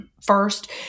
first